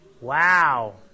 Wow